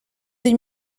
des